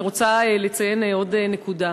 אני רוצה לציין עוד נקודה.